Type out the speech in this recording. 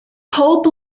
pob